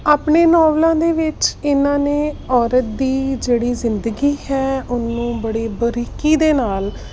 ਆਪਣੇ ਨੌਵਲਾਂ ਦੇ ਵਿੱਚ ਇਹਨਾਂ ਨੇ ਔਰਤ ਦੀ ਜਿਹੜੀ ਜ਼ਿੰਦਗੀ ਹੈ ਉਹਨੂੰ ਬੜੀ ਬਰੀਕੀ ਦੇ ਨਾਲ